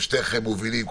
שניכם מובילים,